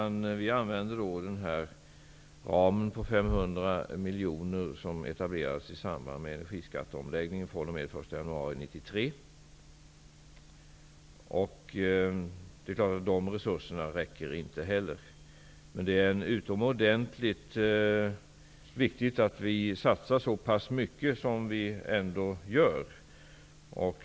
Vi använder den ram på 500 miljoner som etablerades i samband med energiskatteomläggningen fr.o.m. 1 januari 1993. Inte heller dessa resurser räcker. Men det är utomordentligt viktigt att vi satsar så pass mycket som vi ändå gör.